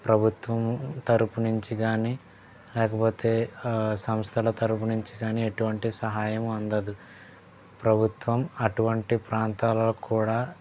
ప్రభుత్వం తరపు నుంచి కానీ లేకపోతే సంస్థల తరపు నుంచి కానీ ఎటువంటి సహాయం అందదు ప్రభుత్వం అటువంటి ప్రాంతాలలో కూడా